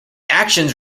actions